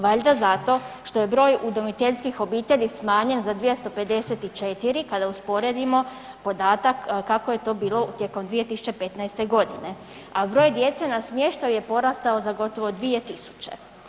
Valjda zato što je broj udomiteljskih obitelji smanjen za 254, kada usporedimo podatak kako je to bilo tijekom 2015. g., a broj djece na smještaju je porastao za gotovo 2000.